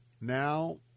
now